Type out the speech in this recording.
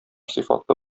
сыйфатлы